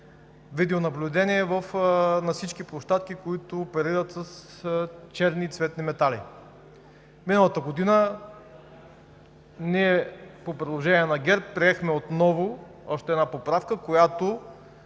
видеонаблюдение на всички площадки, които оперират с черни и цветни метали. Миналата година ние, по предложение на ГЕРБ, приехме отново още една поправка, която